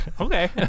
Okay